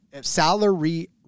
Salary